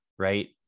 right